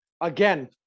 again